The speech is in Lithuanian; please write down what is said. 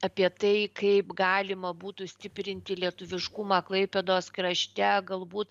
apie tai kaip galima būtų stiprinti lietuviškumą klaipėdos krašte galbūt